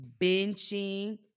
Benching